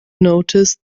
noticed